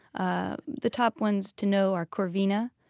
ah the top ones to know are corvina,